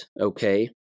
okay